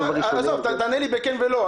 תענה לי בכן, ולא.